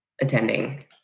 attending